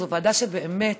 זאת ועדה שבאמת